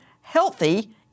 healthy